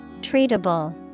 Treatable